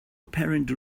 apparent